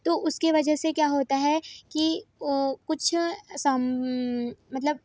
तो उसके वजह से क्या होता है कि वह कुछ सम मतलब